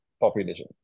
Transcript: population